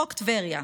חוק טבריה,